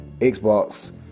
xbox